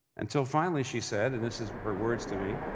until, finally, she said, and this is her words to me,